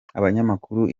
abanyamakuru